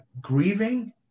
grieving